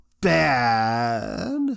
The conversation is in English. bad